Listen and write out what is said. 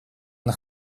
она